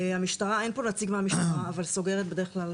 אין פה נציג מהמשטרה אבל המשטרה בדרך כלל